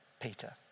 Peter